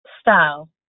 style